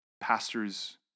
pastors